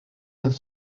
oedd